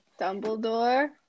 Dumbledore